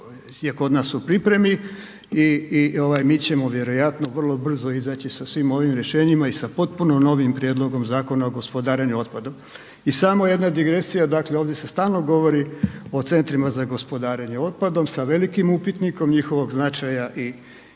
je kod nas u pripremi i mi ćemo vjerojatno vrlo brzo izaći sa svim ovim rješenjima i sa popuno novim prijedlogom Zakona o gospodarenju otpadom. I samo jedna digresija, dakle ovdje se stalno govori o CGO-ima sa velikim upitnikom njihovog značaja i